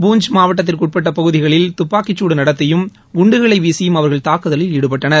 பூஞ்ச் மாவட்டத்திற்குட்பட்ட பகுதிகளில் துப்பாக்கிச்சூடு நடத்தியும் குண்டுகளை வீசியும் அவர்கள் தாக்குதலில் ஈடுபட்டனர்